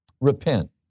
Repent